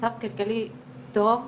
מצב כלכלי טוב,